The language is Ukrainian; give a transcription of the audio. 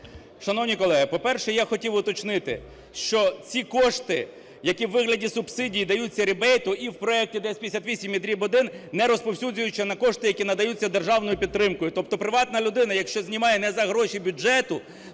Шановні колеги, по-перше, я хотів уточнити, що ці кошти, які у вигляді субсидії даються рібейту і в проекті 1058, і 1058-1 не розповсюджуються на кошти, які надаються державною підтримкою. Тобто приватна людина, якщо знімає не за гроші бюджету,